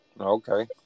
Okay